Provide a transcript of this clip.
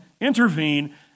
intervene